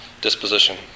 disposition